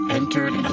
entered